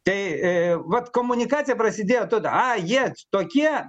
tai vat komunikacija prasidėjo tada jie tokie